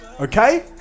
okay